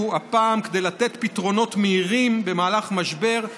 הפעם כדי לתת פתרונות מהירים במהלך משבר,